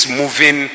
moving